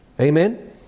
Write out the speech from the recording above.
Amen